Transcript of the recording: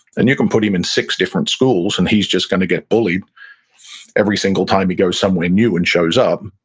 and you can put him in six different schools, and he's just going to get bullied every single time he goes somewhere new and shows up,